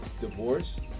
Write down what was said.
divorce